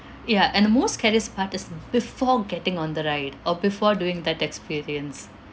ya and the most scariest part is before getting on the ride or before doing that experience